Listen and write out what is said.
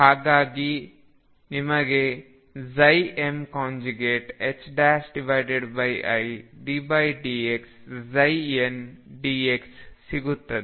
ಹಾಗಾಗಿ ನಿಮಗೆ middx ndx ಸಿಗುತ್ತದೆ